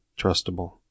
trustable